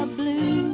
um blue